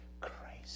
crazy